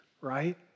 right